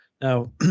Now